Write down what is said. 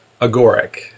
Agoric